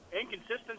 inconsistent